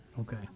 Okay